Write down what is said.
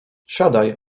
siadaj